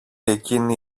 εκείνη